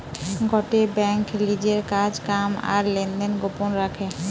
গটে বেঙ্ক লিজের কাজ কাম আর লেনদেন গোপন রাখে